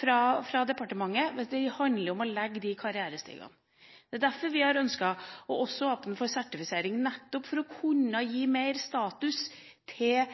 fra departementet. Det handler om å legge karrierestigene. Det er derfor vi har ønsket også å åpne for sertifisering, nettopp for å kunne gi mer status til